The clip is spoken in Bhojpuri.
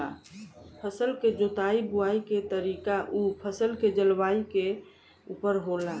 फसल के जोताई बुआई के तरीका उ फसल के जलवायु के उपर होला